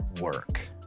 work